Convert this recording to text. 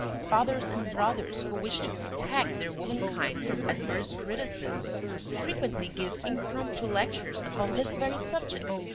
fathers and brothers who wish to protect their womankind from adverse criticism frequently give impromptu lectures upon this very subject,